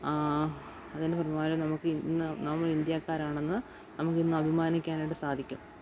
അതിന്റെ ഫലമായി നമുക്ക് ഇന്ന് നമ്മളിന്ത്യക്കാരാണെന്ന് നമുക്കിന്നഭിമാനിക്കാനായിട്ട് സാധിക്കും